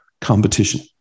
competition